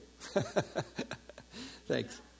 Thanks